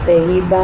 सही बात